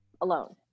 alone